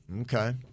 Okay